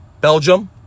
Belgium